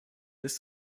ist